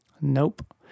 Nope